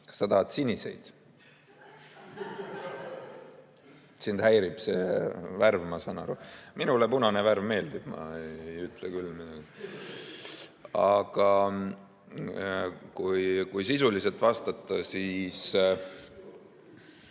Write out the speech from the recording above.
(Naer saalis.) Sind häirib see värv, ma saan aru. Minule punane värv meeldib, ma ei ütle küll ... Aga kui sisuliselt vastata, siis